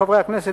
חברי הכנסת,